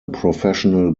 professional